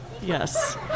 Yes